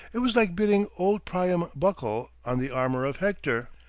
it was like bidding old priam buckle on the armor of hector.